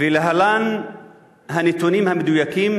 ולהלן הנתונים המדויקים,